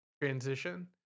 transition